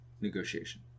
negotiation